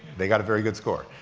they got a very good score.